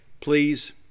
Please